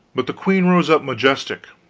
but the queen rose up majestic,